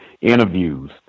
interviews